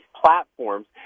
platforms